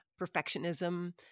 perfectionism